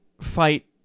fight